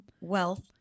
wealth